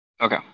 Okay